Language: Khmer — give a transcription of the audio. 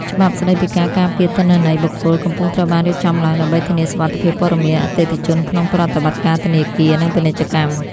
ច្បាប់ស្ដីពីការការពារទិន្នន័យបុគ្គល កំពុងត្រូវបានរៀបចំឡើងដើម្បីធានាសុវត្ថិភាពព័ត៌មានអតិថិជនក្នុងប្រតិបត្តិការធនាគារ និងពាណិជ្ជកម្ម។